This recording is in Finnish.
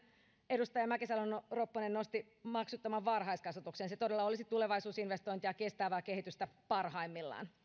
edustaja mäkisalo ropponen nosti maksuttoman varhaiskasvatuksen se todella olisi tulevaisuusinvestointi ja kestävää kehitystä parhaimmillaan